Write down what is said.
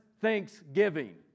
thanksgiving